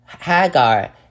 Hagar